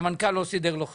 שהמנכ"ל לא סידר לו חדר.